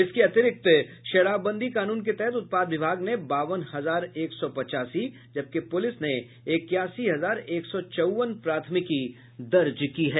इसके अतिरिक्त शराबबंदी कानून के तहत उत्पाद विभाग ने बावन हजार एक सौ पच्चासी जबकि पुलिस ने इक्यासी हजार एक सौ चौवन प्राथमिकी दर्ज की है